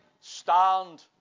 stand